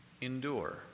endure